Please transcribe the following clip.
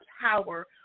power